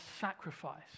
sacrifice